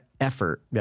effort